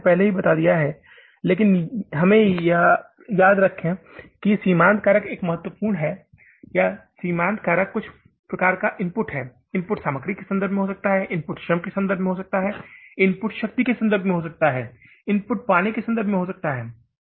मैंने आपको पहले ही बता दिया है लेकिन हमें याद रखें कि यह सीमित कारक एक महत्वपूर्ण है या सीमित कारक कुछ प्रकार का इनपुट है इनपुट सामग्री के संदर्भ में हो सकता है इनपुट श्रम के संदर्भ में हो सकता है इनपुट शक्ति के संदर्भ में हो सकता है इनपुट पानी के संदर्भ में हो सकता है